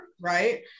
right